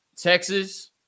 Texas